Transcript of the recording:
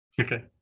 Okay